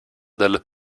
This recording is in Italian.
del